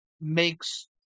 makes